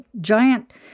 giant